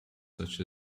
such